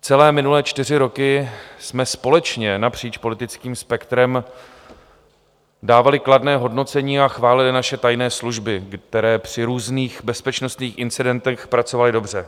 Celé minulé čtyři roky jsme společně napříč politickým spektrem dávali kladné hodnocení a chválili naše tajné služby, které při různých bezpečnostních incidentech pracovaly dobře.